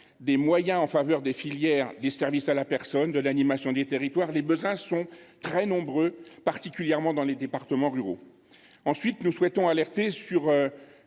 octroyés aux filières des services à la personne et de l’animation des territoires. Les besoins sont très nombreux, particulièrement dans les départements ruraux. Ensuite, nous souhaitons alerter sur